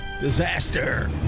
Disaster